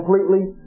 completely